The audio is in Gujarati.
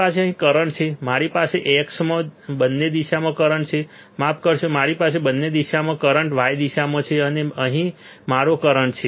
મારી પાસે અહીં કરંટ છે મારી પાસે x માં બંને દિશામાં કરંટ છે માફ કરશો મારી પાસે બંને દિશામાં કરંટ y દિશામાં છે અને અહીં મારો કરંટ છે